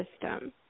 system